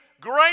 great